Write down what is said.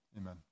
Amen